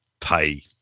pay